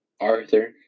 Arthur